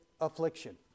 affliction